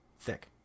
Thick